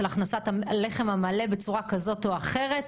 של הכנסת הלחם המלא בצורה כזאת או אחרת.